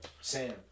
Sam